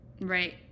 Right